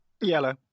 Yellow